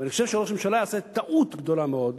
ואני חושב שראש הממשלה יעשה טעות גדולה מאוד.